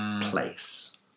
place